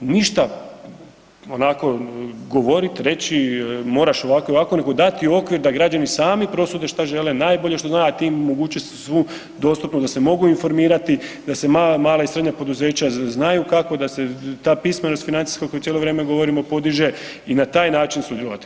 Ništa onako govorit reći moraš ovako i ovako nego dati okvir da građani sami prosude šta žele najbolje što znaju, a tim omogućiti im dostupnost da se mogu informirati, da se mala i srednja poduzeća znaju kako, da se ta pismenost financijska o kojoj cijelo vrijeme govorimo podiže i na taj način sudjelovati.